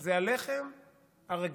זה הלחם הרגיל.